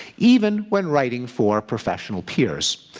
even when writing for professional peers.